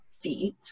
feet